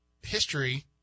history